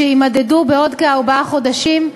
שיימדדו בעוד כארבעה חודשים,